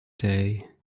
day